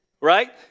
Right